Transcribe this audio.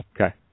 Okay